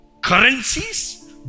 currencies